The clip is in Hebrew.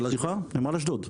נמל אשדוד.